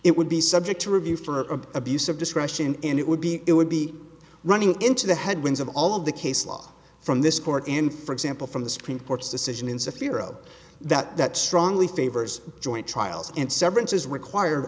it would be subject to review for abuse of discretion and it would be it would be running into the headwinds of all of the case law from this court in for example from the supreme court's decision in severe o that that strongly favors joint trials and severance is required